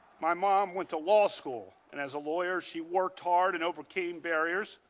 my mom went to law school. and as a lawyer, she worked hard and overcame barriers,